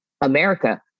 America